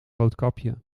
roodkapje